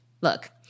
look